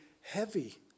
heavy